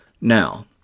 Now